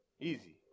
Easy